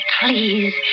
Please